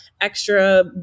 extra